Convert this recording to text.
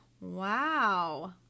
Wow